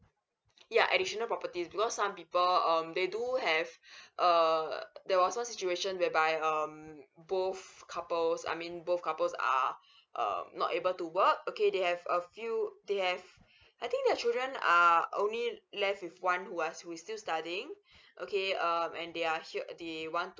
yeah additional properties because some people um they do have err there was one situation whereby um both couples I mean both couples are uh not able to work okay they have a few they have I think their children are only left with one who was who is still studying okay um and they are here uh they want